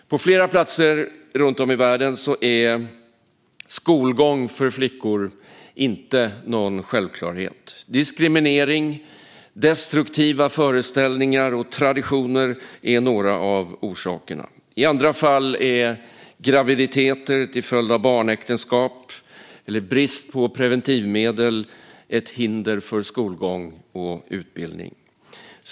På flera platser runt om i världen är skolgång för flickor inte någon självklarhet. Diskriminering, destruktiva föreställningar och traditioner är några av orsakerna. I andra fall är graviditeter till följd av barnäktenskap eller brist på preventivmedel ett hinder för skolgång och utbildning.